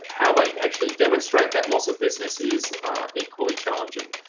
how they actually demonstrate that loss of business is equally challenging.